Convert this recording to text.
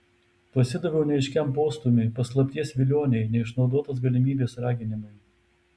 pasidaviau neaiškiam postūmiui paslapties vilionei neišnaudotos galimybės raginimui